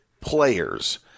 players